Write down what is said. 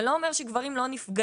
זה לא אומר שגברים לא נפגעים,